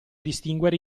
distinguere